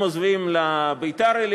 הם עוזבים לביתר-עילית,